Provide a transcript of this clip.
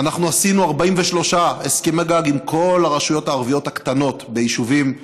אנחנו עשינו 43 הסכמי גג עם כל הרשויות הערביות הקטנות ביישובים,